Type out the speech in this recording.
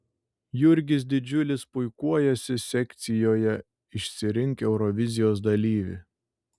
jurgis didžiulis puikuojasi sekcijoje išsirink eurovizijos dalyvį